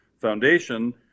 foundation